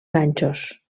ganxos